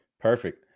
Perfect